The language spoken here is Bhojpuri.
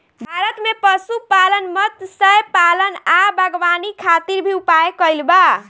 भारत में पशुपालन, मत्स्यपालन आ बागवानी खातिर भी उपाय कइल बा